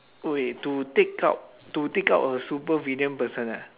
wait to take out to take out a supervillain person ah